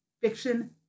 fiction